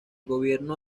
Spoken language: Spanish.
gobierno